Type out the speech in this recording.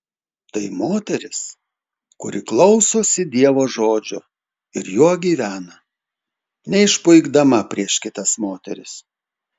tai moteris kuri klausosi dievo žodžio ir juo gyvena neišpuikdama prieš kitas moteris